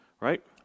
right